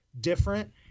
different